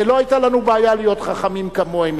ולא היתה לנו בעיה להיות חכמים כמוהם,